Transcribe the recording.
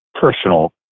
personal